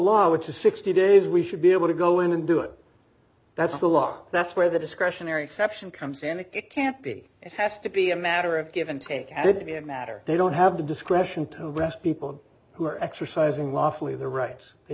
law which is sixty days we should be able to go in and do it that's a law that's where the discretionary exception comes and it can't be it has to be a matter of give and take it to be a matter they don't have the discretion to arrest people who are exercising lawfully their rights they